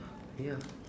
ya